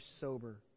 sober